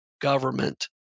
government